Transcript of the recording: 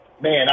Man